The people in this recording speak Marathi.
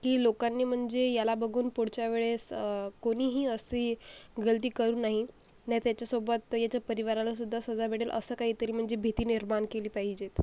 की लोकांनी म्हणजे याला बघून पुढच्या वेळेस कोणीही अशी गलती करू नाही नाही तर त्याच्यासोबत त्याच्या परिवारालासुद्धा सजा भेटेल असं काही तरी म्हणजे भीती निर्माण केली पाहिजे